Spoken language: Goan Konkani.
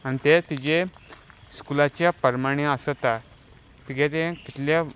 आनी ते ताचे स्कुलाचे प्रमाणे आसता तुजे ते कितले